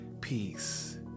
peace